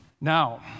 Now